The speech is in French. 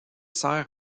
sert